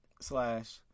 Slash